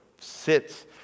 sits